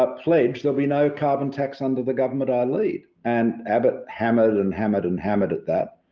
but pledge there'll be no carbon tax under the government i lead and abbott hammered and hammered and hammered at that.